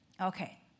Okay